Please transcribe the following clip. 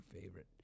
favorite